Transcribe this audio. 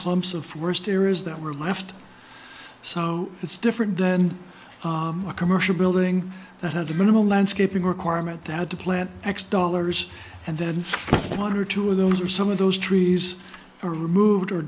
clumps of worst areas that were left so it's different than a commercial building that had the minimal landscaping requirement that had to plant x dollars and then one or two of those are some of those trees are removed or